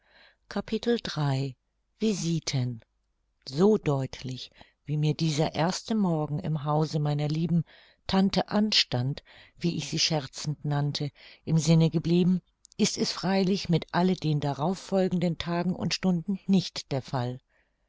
visiten so deutlich wie mir dieser erste morgen im hause meiner lieben tante anstand wie ich sie scherzend nannte im sinne geblieben ist es freilich mit alle den darauf folgenden tagen und stunden nicht der fall